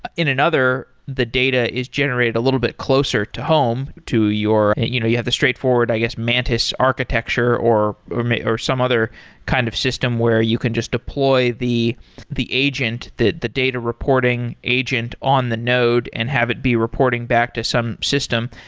in another, the data is generated a little bit closer to home, to your you know you have the straightforward, i guess mantis architecture, or or some other kind of system where you can just deploy the the agent that the data reporting agent on the node and have it be reporting back to some system.